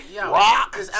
rock